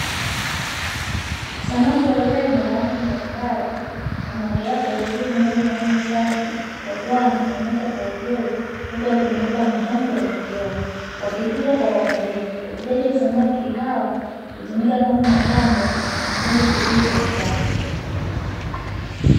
Samaki wa urembo wa rangi mbalimbali wanaogelea kwa utulivu ndani ya maji safi wakiwa wanamelemeta kwa uzuri huku wakizungukwa na tangi la kioo wakitunzwa kwa uangalifu. Ufugaji wa samaki hawa hutumika kama mapambo na ni chanzo kizuri cha mapato.